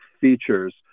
features